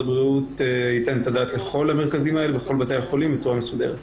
הבריאות ייתן את הדעת לכל המרכזים האלה בכל בתי החולים בצורה מסודרת.